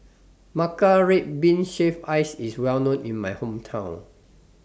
Matcha Red Bean Shaved Ice IS Well known in My Hometown